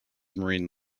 marine